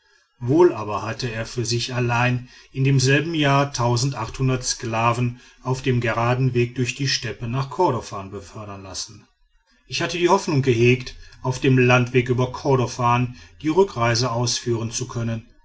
wohl aber hatte er für sich allein in demselben jahr sklaven auf dem geraden weg durch die steppen nach kordofan befördern lassen ich hatte die hoffnung gehegt auf dem landweg über kordofan die rückreise ausführen zu können